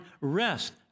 rest